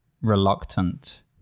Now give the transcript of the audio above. reluctant